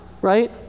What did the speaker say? right